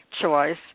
choice